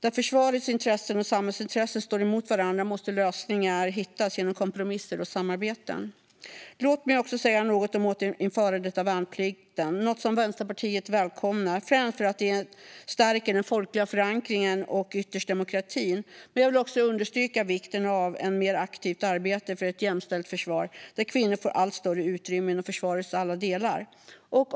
Där försvarets intressen och samhällsintressen står emot varandra måste lösningar hittas genom kompromisser och samarbeten. Låt mig också säga något om återinförandet av värnplikten, något som Vänsterpartiet välkomnar, främst för att det stärker den folkliga förankringen och ytterst demokratin. Men jag vill också understryka vikten av ett mer aktivt arbete för ett jämställt försvar, där kvinnor får allt större utrymme inom försvarets alla delar.